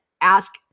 ask